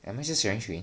am I just hearing strange